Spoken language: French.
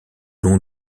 long